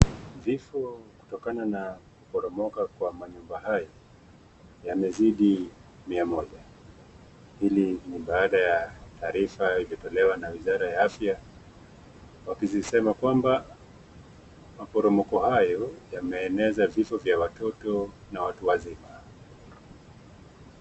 Vifo kutokana na kuporomoka kwa manyumba haya yamezidi mia moja. Hili ni baada ya taarifa iliyotolewa n wizara ya afya wakizisema kwamba maporomoko hayo yameeneza vifo vya watoto na watu wazima.